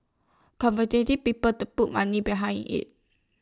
convincing people to put money behind IT